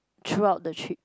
throughout the trip